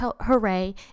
hooray